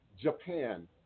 Japan